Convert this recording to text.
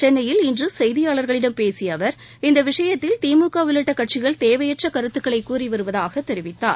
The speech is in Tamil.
சென்னையில் இன்று செய்தியாளர்களிடம் பேசிய அவர் இந்த விஷயத்தில் திமுக உள்ளிட்ட கட்சிகள் தேவையற்ற கருத்துகளை கூறி வருவதாக தெரிவித்தார்